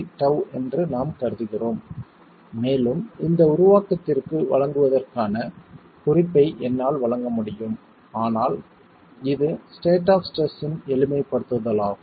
3τ என்று நாம் கருதுகிறோம் மேலும் இந்த உருவாக்கத்திற்கு வருவதற்கான குறிப்பை என்னால் வழங்க முடியும் ஆனால் இது ஸ்டேட் ஆப் ஸ்ட்ரெஸ் இன் எளிமைப்படுத்தலாகும்